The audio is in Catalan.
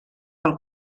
pel